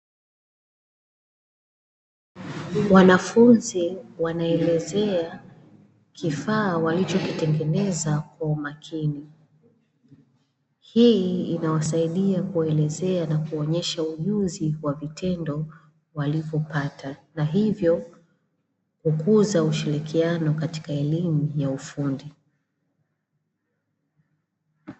Wanafunzi wanaelezea kifaa walichokitengeneza kwa umakini. Hii inawasaidia kueleza na kuonyesha ujuzi wa vitendo walivyopata na hivyo kukuza ushirikiano katika eneo la ufundi.